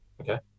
Okay